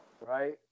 right